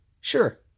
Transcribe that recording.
Sure